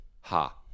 ha